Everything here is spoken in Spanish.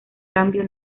cambio